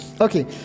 Okay